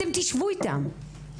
אתם תשבו איתם.